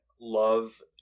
love